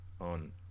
on